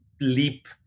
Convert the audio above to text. leap